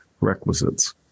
requisites